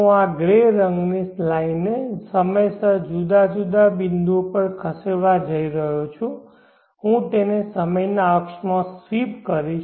હું આ ગ્રે રંગની લાઇનને સમયસર જુદા જુદા બિંદુઓ પર ખસેડવા જઇ રહ્યો છું હું તેને સમયના અક્ષમાં સ્વીપ કરીશ